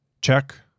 Check